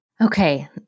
Okay